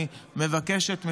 אני מבקש את תמיכתם,